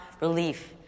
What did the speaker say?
relief